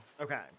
Okay